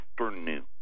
afternoon